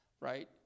right